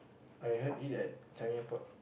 I heard it at Changi-Airport